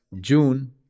June